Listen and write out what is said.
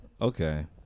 okay